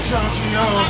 Tokyo